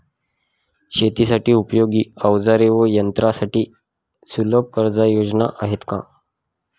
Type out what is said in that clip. शेतीसाठी उपयोगी औजारे व यंत्रासाठी सुलभ कर्जयोजना आहेत का?